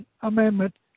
Amendment